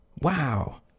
Wow